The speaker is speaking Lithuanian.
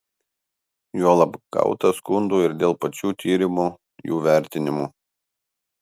juolab gauta skundų ir dėl pačių tyrimų jų vertinimo